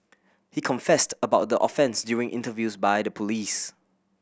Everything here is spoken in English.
he confessed about the offence during interviews by the police